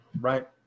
Right